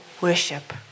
worship